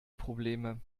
probleme